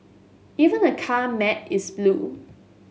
even the car mat is blue